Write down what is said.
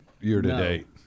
year-to-date